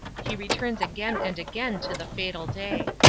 he returns again and again to the fatal day.